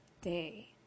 day